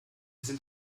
sind